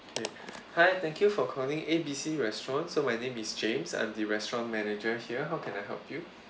okay hi thank you for calling A B C restaurant so my name is james I'm restaurant manager here how can I help you